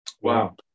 Wow